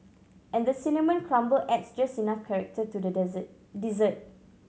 and the cinnamon crumble adds just enough character to the dessert